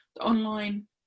online